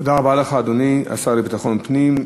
תודה רבה לך, אדוני השר לביטחון פנים.